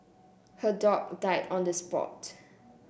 her dog died on the spot